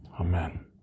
Amen